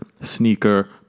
sneaker